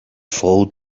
followed